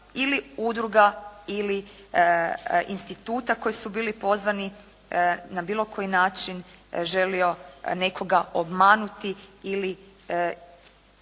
ili udruga ili instituta koji su bili pozvani na bilo koji način želio nekoga obmanuti ili stvoriti